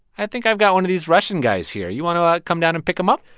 i think i've got one of these russian guys here. you want to come down and pick him up?